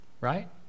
Right